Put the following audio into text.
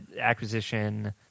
acquisition